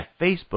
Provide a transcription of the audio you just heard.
Facebook